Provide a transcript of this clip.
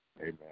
Amen